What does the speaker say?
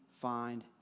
find